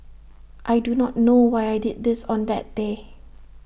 I do not know why I did this on that day